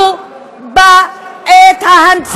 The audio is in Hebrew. היו בעת ההנצחה.